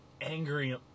angry